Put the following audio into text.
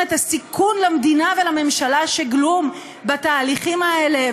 הסיכון למדינה ולממשלה שגלום בתהליכים האלה,